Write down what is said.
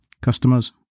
customers